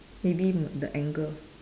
maybe m~ the angle